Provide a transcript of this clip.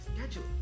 schedule